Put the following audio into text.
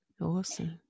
Awesome